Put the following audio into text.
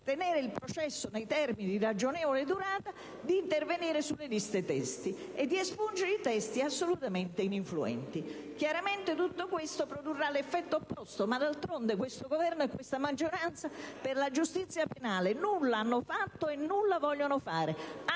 tenere il processo nei termini di ragionevole durata - di intervenire sulle liste testi e di espungere i testi assolutamente ininfluenti. Chiaramente, tutto questo produrrà l'effetto opposto; d'altronde, questo Governo e questa maggioranza per la giustizia penale nulla hanno fatto e nulla vogliono fare.